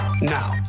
Now